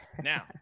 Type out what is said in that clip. Now